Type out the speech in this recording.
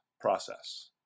process